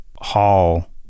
hall